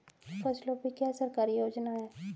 फसलों पे क्या सरकारी योजना है?